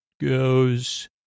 goes